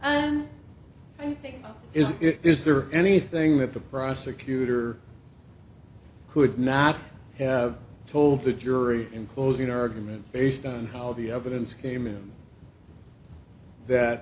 is it is there anything that the prosecutor could not have told the jury in closing argument based on how the evidence came in that